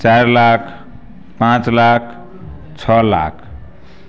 चारि लाख पाँच लाख छओ लाख